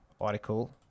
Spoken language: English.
article